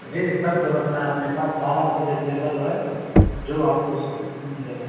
जी जी सब व्यवस्था है अपने पास सारी चीज़ अबलेबल है जो आपको चा सब मिलेगा